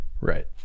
right